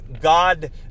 God